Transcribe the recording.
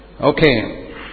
Okay